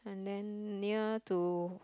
and then near to